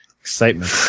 Excitement